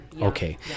Okay